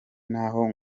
n’aho